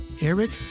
Eric